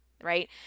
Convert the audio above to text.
right